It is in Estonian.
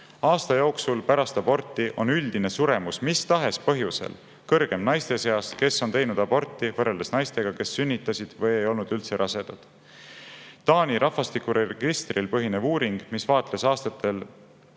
Aasta jooksul pärast aborti on üldine suremus mis tahes põhjusel kõrgem naiste seas, kes on teinud aborti, võrreldes naistega, kes sünnitasid või ei olnud üldse rasedad. Taani rahvastikuregistril põhinev uuring, milles vaadeldi aastatest